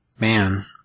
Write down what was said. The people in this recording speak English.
man